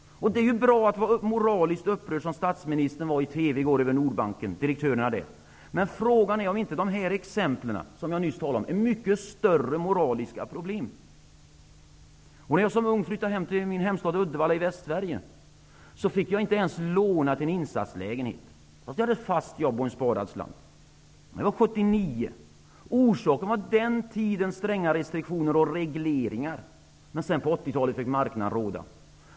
Det är ju bra att vara moraliskt upprörd över direktörerna i Nordbanken, som vi kunde se i TV i går att statsministern var, men frågan är om inte de exempel som jag nyss tog är mycket större moraliska problem. När jag som ung flyttade till min hemstad Uddevalla i Västsverige fick jag inte ens låna till en insatslägenhet, trots att jag hade fast jobb och en sparad slant. Det var 1979. Orsaken var den tidens stränga restriktioner och regleringar. Men på 80-talet fick marknaden råda.